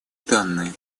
данные